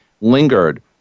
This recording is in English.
lingered